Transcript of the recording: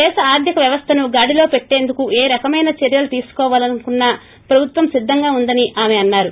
దేశ అర్దిక వ్యవస్థను గాడిలో పెట్టేందుకు ఏ రకమైన చర్యలు తీసుకోవాలనుకున్నా ప్రభుత్వం సిద్ధంగా ఉందని ఆమె అన్నారు